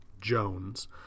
Jones